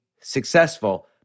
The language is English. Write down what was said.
successful